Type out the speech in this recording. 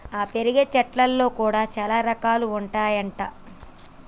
ఆ పెరిగే చెట్లల్లో కూడా చాల రకాలు ఉంటాయి అంట